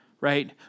right